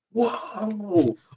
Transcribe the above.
whoa